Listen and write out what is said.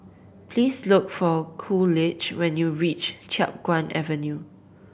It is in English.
please look for Coolidge when you reach Chiap Guan Avenue